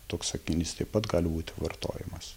toks sakinys taip pat gali būti vartojamas